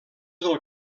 del